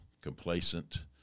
complacent